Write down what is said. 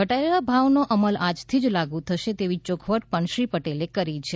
ઘટાડેલા ભાવનો અમલ આજથી જ લાગુ થશે તેવી ચોખવટ પણ શ્રી પટેલે કરી છે